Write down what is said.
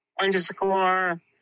underscore